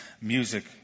music